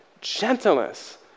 gentleness